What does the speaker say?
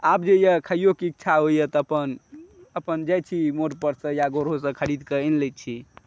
आब जे यऽ खाइयो के इच्छा होइय तऽ अपन अपन जाइ छी मोड़ परसँ या गाँवेसँ खरीदकऽ आनि लैत छी